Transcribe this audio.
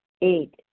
Eight